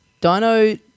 Dino